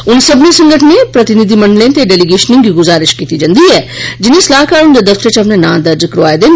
उनें सब्बनें संगठनें प्रतिनिधिमंडलें ते डेलीगेशनें गी गुजारिश कीती जंदी ऐ जिनें सलाहकार हुंदे दफ्तरै इच अपने नां दर्ज करोआए दे न